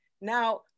now